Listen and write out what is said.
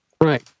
Right